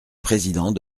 président